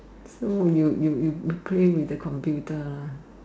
so you you you play with the computer ah